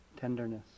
tenderness